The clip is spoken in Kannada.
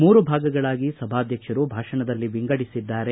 ಮೂರು ಭಾಗಗಳಾಗಿ ಸಭಾಧ್ಯಕ್ಷರು ಭಾಷಣದಲ್ಲಿ ವಿಂಗಡಿಸಿದ್ದಾರೆ